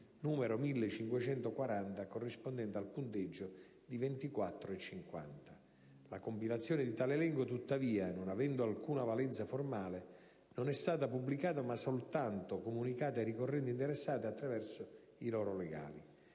n. 1.450, corrispondente al punteggio di 24,50. La compilazione di tale elenco, tuttavia, non avendo alcuna valenza formale, non è stata pubblicata ma soltanto comunicata ai ricorrenti interessati attraverso i loro legali.